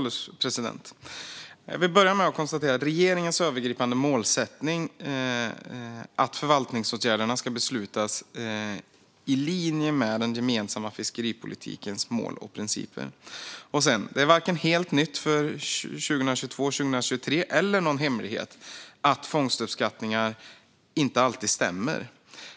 Herr ålderspresident! Jag vill börja med att konstatera att regeringens övergripande målsättning är att förvaltningsåtgärderna ska beslutas i linje med den gemensamma fiskeripolitikens mål och principer. Det är varken helt nytt för 2022-2023 eller någon hemlighet att fångstuppskattningar inte alltid stämmer.